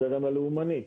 הזרם הלאומני.